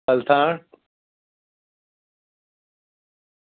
Althan